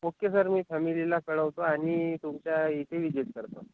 okay sir मी फॅमिलीला कळवतो आणि तुमच्या इथे विजिट करतो